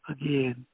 Again